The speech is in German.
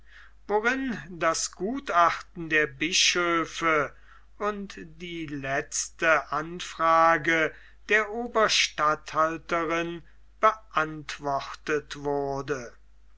worin das gutachten der bischöfe und die letzte anfrage der oberstatthalterin beantwortet wurde